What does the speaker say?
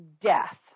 death